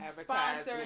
sponsored